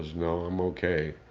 goes, no, i'm okay.